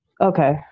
okay